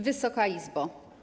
Wysoka Izbo!